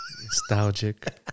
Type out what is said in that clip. Nostalgic